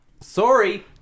Sorry